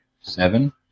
seven